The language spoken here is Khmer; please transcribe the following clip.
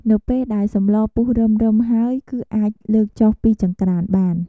នៅពេលដែលសម្លពុះរឹមៗហើយ គឺអាចលើកចុះពីចង្ក្រានបាន។